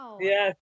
Yes